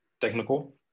technical